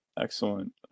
Excellent